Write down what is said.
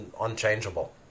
unchangeable